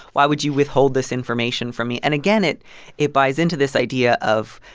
why would you withhold this information from me? and again, it it buys into this idea of,